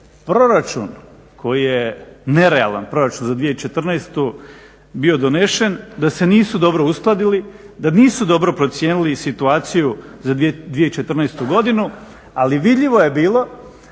proračun koji je nerealan, proračun za 2014. bio donesen, da se nisu dobro uskladili, da nisu dobro procijenili situaciju za 2014. godinu, ali vidljivo je bilo